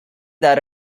that